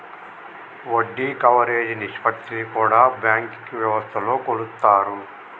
వడ్డీ కవరేజీ నిష్పత్తిని కూడా బ్యాంకింగ్ వ్యవస్థలో కొలుత్తారు